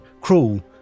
cruel